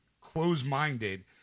close-minded